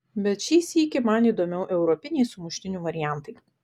bet šį sykį man įdomiau europiniai sumuštinių variantai